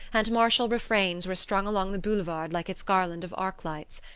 and martial refrains were strung along the boulevard like its garlands of arc-lights.